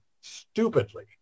stupidly